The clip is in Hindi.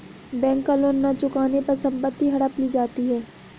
बैंक का लोन न चुकाने पर संपत्ति हड़प ली जाती है